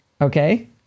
Okay